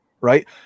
right